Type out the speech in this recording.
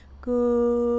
good